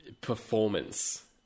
performance